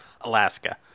Alaska